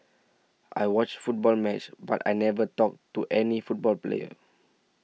I watched football match but I never talked to any football player